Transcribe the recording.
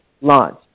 launch